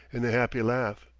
in a happy laugh.